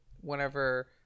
whenever